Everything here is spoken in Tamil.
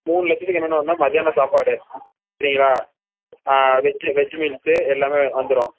மூணு லட்சத்துக்கு என்னென்ன வரும்னா மதியானம் சாப்பாடு சரிங்களா வெஜ் வெஜ் மீல்ஸு எல்லாமே வந்துடும்